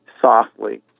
softly